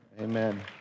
Amen